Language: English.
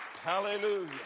Hallelujah